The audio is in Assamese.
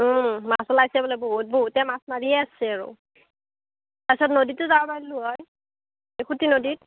মাছ ওলাইছে বোলে বহুত বহুতে মাছ মাৰিয়েই আছে আৰু তাৰপছত নদীতো যাব পাৰলো হয় খুটি নদীত